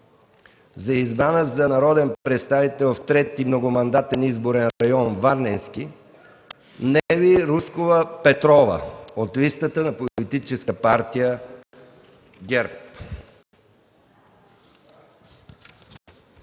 за избрана за народен представител в 3. многомандатен изборен район Варненски, Нели Рускова Петрова, от листата на Политическа партия ГЕРБ.”